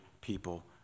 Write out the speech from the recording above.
people